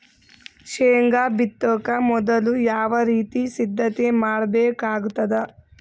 ಶೇಂಗಾ ಬಿತ್ತೊಕ ಮೊದಲು ಯಾವ ರೀತಿ ಸಿದ್ಧತೆ ಮಾಡ್ಬೇಕಾಗತದ?